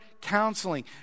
counseling